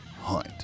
Hunt